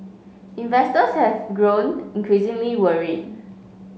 investors have grown increasingly worried